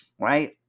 right